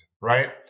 right